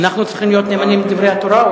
אנחנו צריכים להיות נאמנים לדברי התורה,